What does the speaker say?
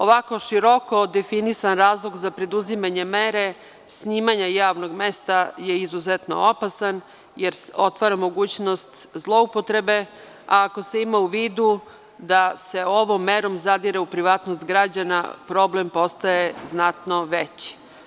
Ovako široko definisan razlog za preduzimanje mere snimanja javnog mesta je izuzetno opasan, jer otvara mogućnost zloupotrebe, a ako se ima u vidu da se ovom merom zadire u privatnost građana, problem postaje znatno veći.